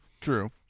True